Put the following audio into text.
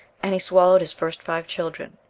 and he swallowed his first five children,